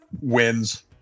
wins